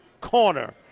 corner